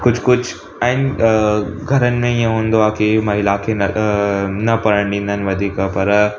कुझु कुझु ऐं घरनि में इअं हूंदो आहे की महिलाउनि खे न न पढ़नि ॾींदा आहिनि वधीक पर